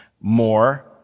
more